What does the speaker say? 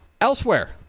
Elsewhere